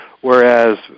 whereas